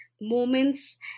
moments